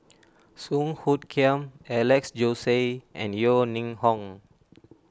Song Hoot Kiam Alex Josey and Yeo Ning Hong